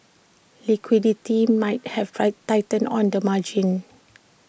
liquidity might have tightened on the margin